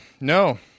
No